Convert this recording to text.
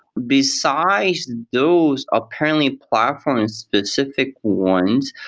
besides those apparent like platform specific ones,